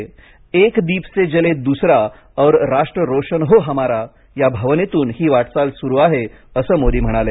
एक दीप से जले दुसरा और राष्ट्र रोशन हो हमारा या भावनेतून ही वाटचाल सुरू आहे असं मोदी म्हणाले